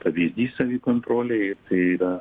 pavyzdys savikontrolei ir tai yra